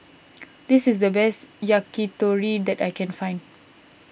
this is the best Yakitori that I can find